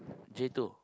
J two